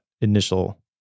initial